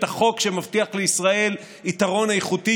את החוק שמבטיח לישראל יתרון איכותי,